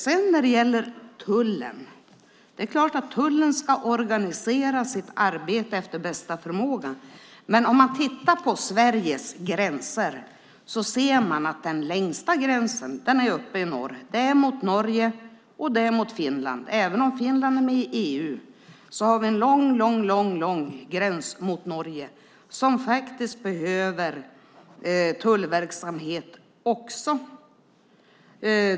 Vad gäller tullen är det självklart att tullen ska organisera sitt arbete efter bästa förmåga. Men om vi tittar på Sveriges gränser ser vi att den längsta gränsen finns uppe i norr, mot Norge och Finland. Finland är förvisso med i EU, men vi har en mycket lång gräns mot Norge där det behövs tullverksamhet.